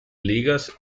ligas